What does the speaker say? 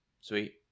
Sweet